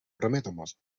prometemos